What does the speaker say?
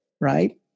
right